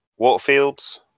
Waterfields